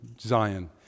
Zion